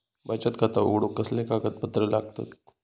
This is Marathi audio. बचत खाता उघडूक कसले कागदपत्र लागतत?